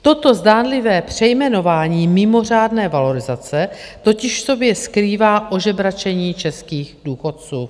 Toto zdánlivé přejmenování mimořádné valorizace totiž v sobě skrývá ožebračení českých důchodců.